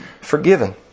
forgiven